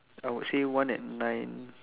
I would say one at nine